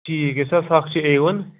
ٹھیٖک یُس ہا سُہ اَکھ چھِ اے وَن